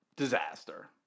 Disaster